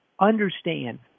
Understand